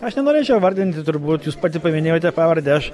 aš nenorėčiau įvardinti turbūt jūs pati paminėjote pavardę aš